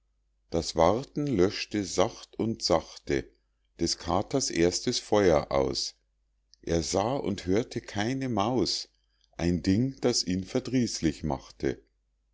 das warten löschte sacht und sachte des katers erstes feuer aus er sah und hörte keine maus ein ding das ihn verdrießlich machte